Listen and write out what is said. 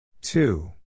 Two